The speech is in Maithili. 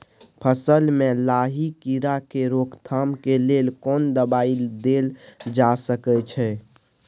फसल में लाही कीरा के रोकथाम के लेल कोन दवाई देल जा सके छै?